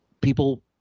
people